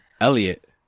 Elliot